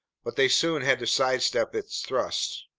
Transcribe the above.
but they soon had to sidestep its thrusts.